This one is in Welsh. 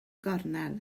gornel